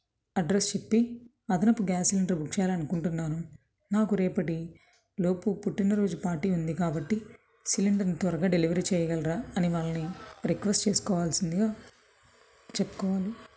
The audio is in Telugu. అడ్రస్ చెప్పి అదనపు గ్యాస్ సిలిండర్ బుక్ చేయాలనుకుంటున్నాను నాకు రేపటి లోపు పుట్టినరోజు పార్టీ ఉంది కాబట్టి సిలిండర్ను త్వరగా డెలివరీ చేయగలరా అని వాళ్ళని రిక్వెస్ట్ చేసుకోవాల్సిందిగా చెప్పుకోవాలి